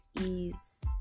ease